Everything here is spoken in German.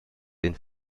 den